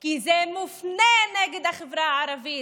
כי זה מופנה נגד החברה הערבית.